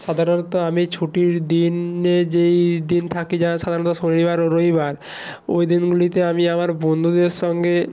সাধারণত আমি ছুটির দিনে যেই দিন থাকে যা সাধারণত শনিবার ও রইবার ওই দিনগুলিতে আমি আমার বন্ধুদের সঙ্গে